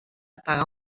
pagar